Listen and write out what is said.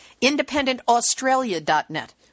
IndependentAustralia.net